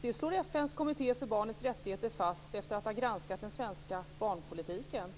Det slår FN:s kommitté för barnets rättigheter fast efter att ha granskat den svenska barnpolitiken.